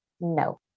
no